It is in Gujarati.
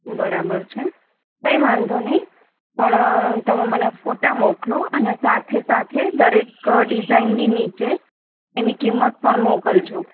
બરાબર છે કાંઇ વાંધો નહીં પણ તમે મને ફોટા મોકલો અને સાથે સાથે દરેક ડિઝાઇનની નીચે એની કિંમત પણ મોકલજો